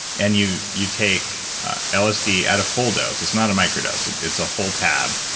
and you you take lsd at a full dose. it's not a micro-dose. it's a whole tab,